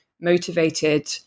motivated